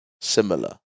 similar